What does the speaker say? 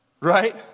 right